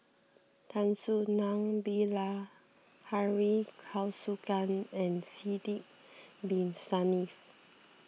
Tan Soo Nan Bilahari Kausikan and Sidek Bin Saniff